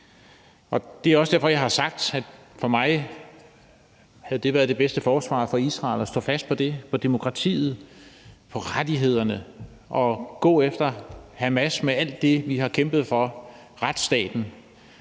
Det er også derfor, jeg har sagt, at for mig havde det været det bedste forsvar for Israel at stå fast på det, på demokratiet og på rettighederne og at gå efter Hamas med alt det, vi har kæmpet for: retsstaten